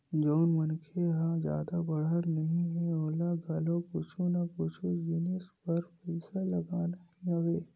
जउन मनखे ह जादा बड़हर नइ हे ओला घलो कुछु ना कुछु जिनिस बर पइसा लगना ही हवय